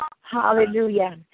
Hallelujah